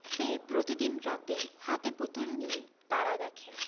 সে প্রতিদিন রাতে হাতে পুতুল নিয়ে তারা দেখে